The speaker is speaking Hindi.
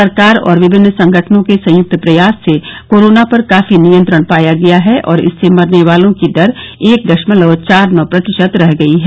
सरकार और विभिन्न संगठनों के संयुक्त प्रयास से कोरोना पर काफी नियंत्रण पाया गया है और इससे मरने वालों की दर एक दशमलव चार नौ प्रतिशत रह गई है